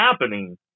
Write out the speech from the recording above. happening